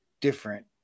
different